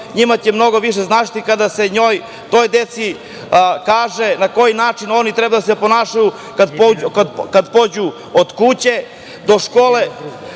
njima će mnogo više značiti kada se toj deci kaže na koji način oni treba da se ponašaju od kuće do škole,